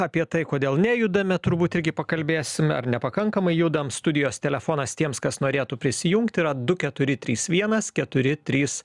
apie tai kodėl nejudame turbūt irgi pakalbėsime ar nepakankamai judam studijos telefonas tiems kas norėtų prisijungti yra du keturi trys vienas keturi trys